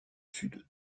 sud